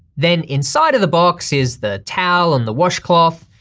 then inside of the box is the towel and the washcloth.